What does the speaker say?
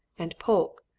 and polke,